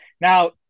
Now